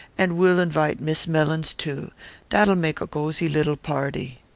and we'll invite miss mellins too that'll make a gosy little party.